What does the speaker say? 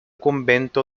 convento